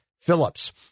Phillips